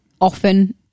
often